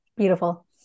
Beautiful